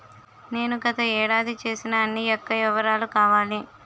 నేను గత ఏడాది చేసిన అన్ని యెక్క వివరాలు కావాలి?